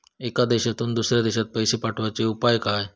एका देशातून दुसऱ्या देशात पैसे पाठवचे उपाय काय?